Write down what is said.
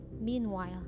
Meanwhile